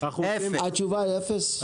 התשובה היא אפס?